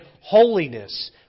holiness